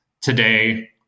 Today